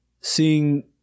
seeing